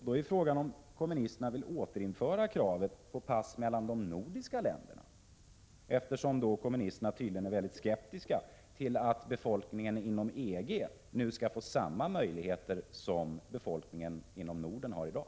Då är frågan om kommunisterna vill återinföra kravet på pass mellan de nordiska länderna, eftersom kommunisterna tydligen är mycket skeptiska till att befolkningen inom EG nu skall få samma möjligheter som befolkningen i Norden har i dag.